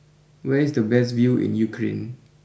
where is the best view in Ukraine